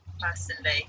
personally